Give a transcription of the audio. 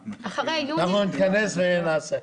אנחנו נתכנס ונעשה.